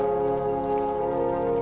for